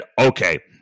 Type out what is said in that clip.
okay